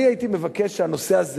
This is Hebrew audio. אני הייתי מבקש שהנושא הזה,